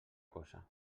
cosa